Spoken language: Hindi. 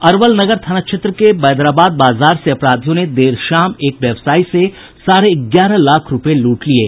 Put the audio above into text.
अरवल नगर थाना क्षेत्र के बैदराबाद बाजार से अपराधियों ने देर शाम एक व्यवसायी से साढ़े ग्यारह लाख रूपये लूट लिये